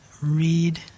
read